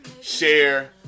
share